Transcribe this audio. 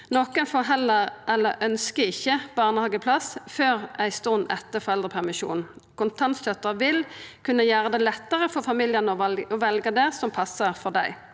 Nokre ønskjer heller ikkje barnehageplass før ei stund etter foreldrepermisjonen. Kontantstønaden vil kunna gjera det lettare for familiane å velja det som passar for dei.